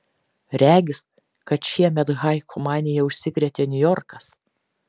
regis kad šiemet haiku manija užsikrėtė niujorkas